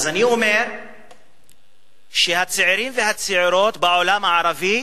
אני אומר שהצעירים והצעירות בעולם הערבי,